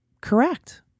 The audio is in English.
correct